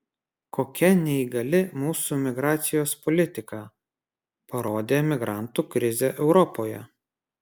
kokia neįgali mūsų migracijos politika parodė migrantų krizė europoje